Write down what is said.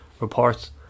reports